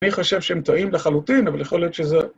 אני חושב שהם טועים לחלוטין, אבל יכול להיות שזה...